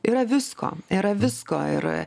yra visko yra visko ir